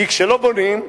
כי כשלא בונים,